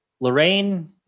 Lorraine